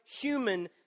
human